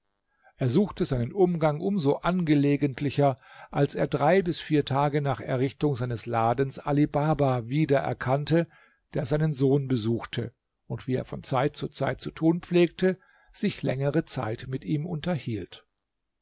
er suchte seinen umgang um so angelegentlicher als er drei bis vier tage nach errichtung seines ladens ali baba wieder erkannte der seinen sohn besuchte und wie er von zeit zu zeit zu tun pflegte sich längere zeit mit ihm unterhielt